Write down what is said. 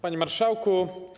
Panie Marszałku!